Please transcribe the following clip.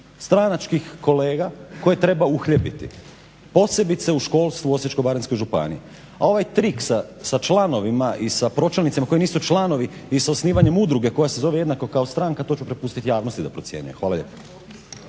stranačkih kolega koje treba uhljebiti posebice u školstvu u Osječko-baranjskoj županiji. A ovaj trik sa članovima i sa pročelnicima koji nisu članovi i sa osnivanjem udruge koja se zove jednako kao stranka to ću prepustiti javnosti da procjenjuje. Hvala lijepo.